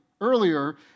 earlier